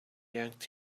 yanked